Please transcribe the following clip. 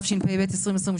התשפ"ב-2022.